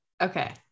okay